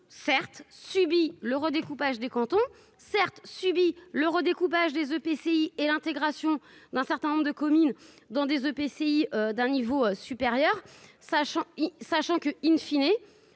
Certes subi le redécoupage des cantons certes subi le redécoupage des EPCI et l'intégration d'un certain nombre de communes dans des EPCI d'un niveau supérieur, sachant, sachant que, in fine,